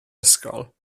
ysgol